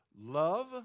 love